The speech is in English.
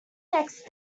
next